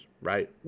right